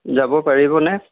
যাব পাৰিব নে